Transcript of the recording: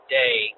day